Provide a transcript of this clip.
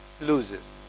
loses